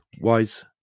wise